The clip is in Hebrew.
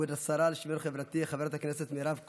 כבוד השרה לשוויון חברתי חברת הכנסת מירב כהן,